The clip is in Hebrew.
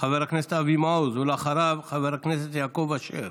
חבר הכנסת אבי מעוז, ואחריו, חבר הכנסת יעקב אשר.